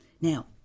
Now